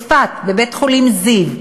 בצפת, בבית-חולים זיו,